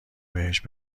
بهشت